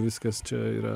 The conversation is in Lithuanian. viskas čia yra